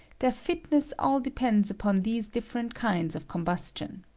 their fitness all depends upon these different kinds of combustion.